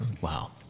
Wow